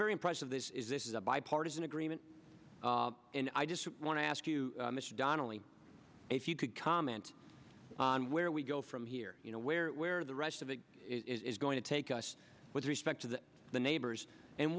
very impressive this is this is a bipartisan agreement and i just want to ask you mr donnelly if you could comment on where we go from here you know where where the rest of it is going to take us with respect to the neighbors and